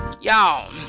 y'all